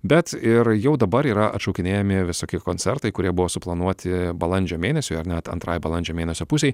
bet ir jau dabar yra atšaukinėjami visokie koncertai kurie buvo suplanuoti balandžio mėnesiui ar net antrai balandžio mėnesio pusei